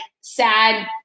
sad